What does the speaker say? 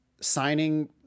signing